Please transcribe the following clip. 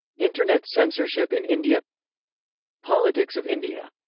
internet censorship in india politics of india